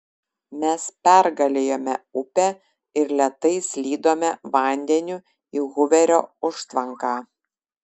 mes pergalėjome upę ir lėtai slydome vandeniu į huverio užtvanką